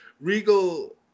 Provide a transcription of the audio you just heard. Regal